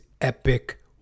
epic